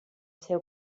seu